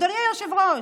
אדוני היושב-ראש,